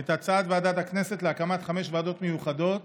את הצעת ועדת הכנסת להקמת חמש ועדות מיוחדות